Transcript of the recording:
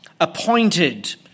appointed